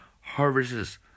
Harvests